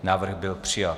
Návrh byl přijat.